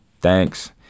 thanks